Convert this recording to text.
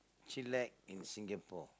chillax in Singapore